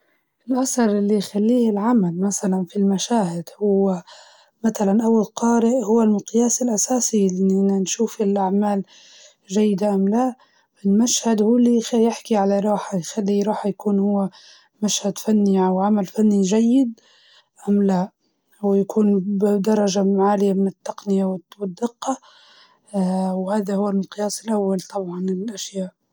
العمل الفني الكويس يكون فيه رسالة واضحة، أو مشاعر قوية تن تنقلها بطريقة مبتكرة، والناس يحسوا بيها و يقدروا قيمتها حتى لو كان فيها آراء مختلفة، الفن اه مش بس عن الشكل، لكن عن ال عمق والمحتوى.